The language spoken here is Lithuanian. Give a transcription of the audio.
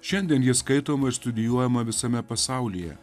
šiandien ji skaitoma studijuojama visame pasaulyje